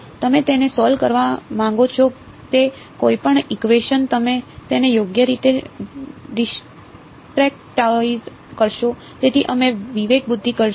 તમે તેને સોલ્વ કરવા માંગો છો તે કોઈપણ ઇકવેશન તમે તેને યોગ્ય રીતે ડિસ્ક્રેટાઇઝ કરશો તેથી અમે વિવેકબુદ્ધિ કરીશું